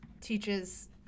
teaches